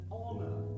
honor